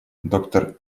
доктор